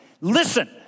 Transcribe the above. listen